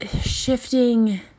shifting